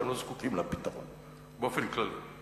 כי הם לא זקוקים לפתרון באופן כללי.